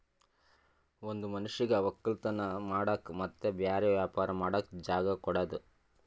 ಒಂದ್ ಮನಷ್ಯಗ್ ವಕ್ಕಲತನ್ ಮಾಡಕ್ ಮತ್ತ್ ಬ್ಯಾರೆ ವ್ಯಾಪಾರ ಮಾಡಕ್ ಜಾಗ ಕೊಡದು